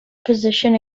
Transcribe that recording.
position